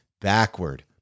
backward